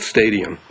Stadium